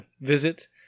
visit